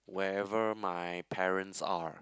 wherever my parents are